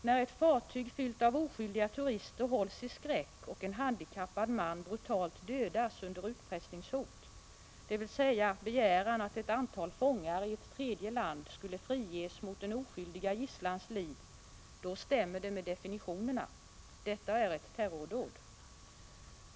När ett fartyg fyllt av oskyldiga turister hålls i skräck och en handikappad man brutalt dödas under utpressningshot, dvs. begäran att ett antal fångar i ett tredje land skulle friges mot den oskyldiga gisslans liv, då stämmer det med definitionerna. Detta är ett terrordåd.